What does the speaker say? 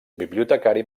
bibliotecari